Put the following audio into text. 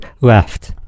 left